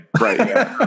Right